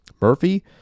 Murphy